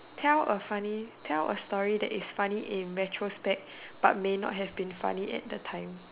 tell a funny tell a story that is funny in retrospect but may not have been funny at that time